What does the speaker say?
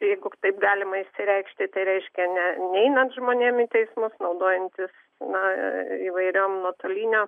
jeigu taip galima išsireikšti tai reiškia ne neinant žmonėms į teismus naudojantis na įvairiom nuotolinio